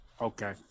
Okay